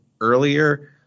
earlier